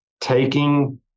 taking